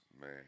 Man